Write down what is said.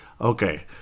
Okay